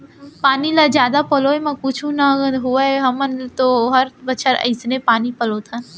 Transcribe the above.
पानी ल जादा पलोय म कुछु नइ होवय हमन तो हर बछर अइसने पानी पलोथन